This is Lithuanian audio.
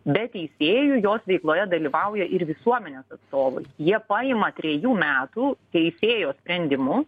be teisėjų jos veikloje dalyvauja ir visuomenės atstovai jie paima trejų metų teisėjo sprendimu